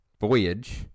voyage